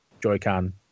Joy-Con